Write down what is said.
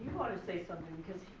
ought to say something because